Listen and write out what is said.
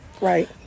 right